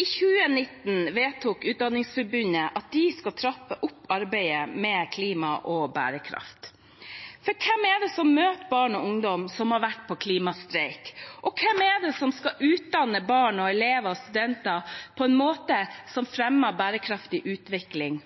I 2019 vedtok Utdanningsforbundet at de skal trappe opp arbeidet med klima og bærekraft. For hvem er det som møter barn og ungdom som har vært på klimastreik? Hvem er det som skal utdanne barn, elever og studenter på en måte som fremmer bærekraftig utvikling,